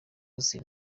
austin